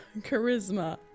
Charisma